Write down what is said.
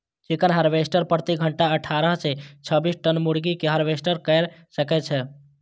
chicken harvester प्रति घंटा अट्ठारह सं छब्बीस टन मुर्गी कें हार्वेस्ट कैर सकै छै